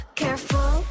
careful